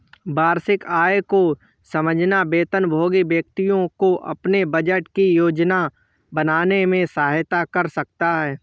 वार्षिक आय को समझना वेतनभोगी व्यक्तियों को अपने बजट की योजना बनाने में सहायता कर सकता है